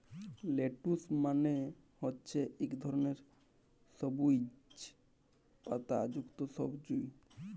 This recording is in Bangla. লেটুস মালে হছে ইক ধরলের সবুইজ পাতা যুক্ত সবজি